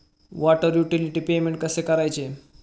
Water utility payment कसे करायचे?